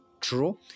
true